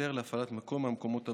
היתר להפעלת מקום מהמקומות הבאים,